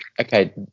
okay